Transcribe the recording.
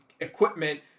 equipment